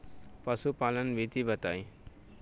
पशुपालन विधि बताई?